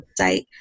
website